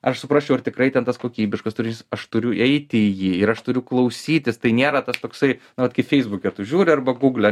aš suprasčiau ar tikrai ten tas kokybiškas turinys aš turiu eiti į jį ir aš turiu klausytis tai nėra tas toksai nu vat kai feisbuke tu žiūri arba gugle